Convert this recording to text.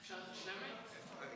אפשר מפה?